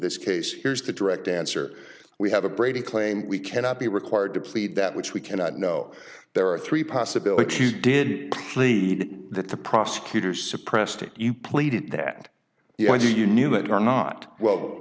this case here's the direct answer we have a brady claim we cannot be required to plead that which we cannot know there are three possibilities did plead that the prosecutors suppressed you pleaded that you wanted you knew it or not well